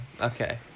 okay